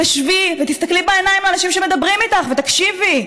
תשבי ותסתכלי בעיניים לאנשים שמדברים איתך ותקשיבי,